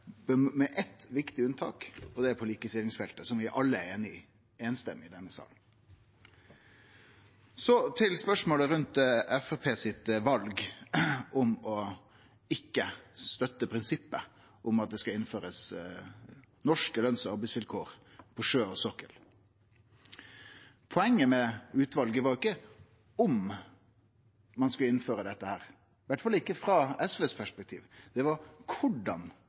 med eitt viktig unntak, og det er på likestillingsfeltet, som vi alle er einige om, samrøystes, i denne salen. Så til spørsmålet rundt Framstegspartiets val om ikkje å støtte prinsippet om at det skal innførast norske løns- og arbeidsvilkår på sjø og sokkel: Poenget med utvalet var jo ikkje om ein skulle innføre dette, i alle fall ikkje frå SVs perspektiv. Det var korleis